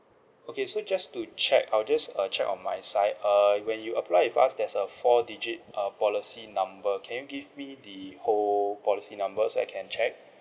okay so just to check I will just uh check on my side err when you apply with us there's a four digit uh policy number can you give me the whole policy number so I can check